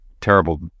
terrible